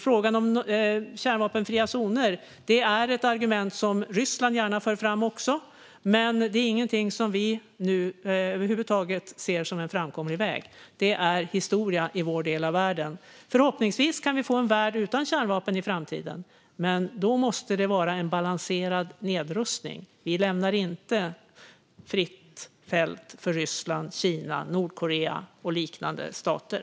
Frågan om kärnvapenfria zoner är ett argument som Ryssland gärna för fram också, men det är ingenting som vi nu över huvud taget ser som en framkomlig väg. Det är historia i vår del av världen. Förhoppningsvis kan vi få en värld utan kärnvapen i framtiden, men då måste det vara en balanserad nedrustning. Vi lämnar inte fritt fält för Ryssland, Kina, Nordkorea och liknande stater.